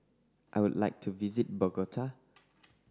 I would like to visit Bogota